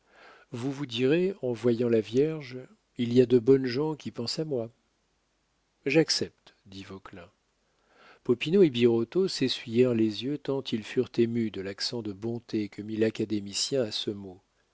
vous vous direz en voyant la vierge il y a de bonnes gens qui pensent à moi j'accepte dit vauquelin popinot et birotteau s'essuyèrent les yeux tant ils furent émus de l'accent de bonté que mit l'académicien à ce mot